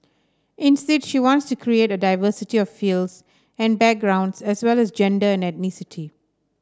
instead she wants to create a diversity of fields and backgrounds as well as gender and ethnicity